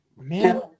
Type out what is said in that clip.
man